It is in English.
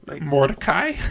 Mordecai